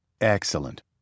Excellent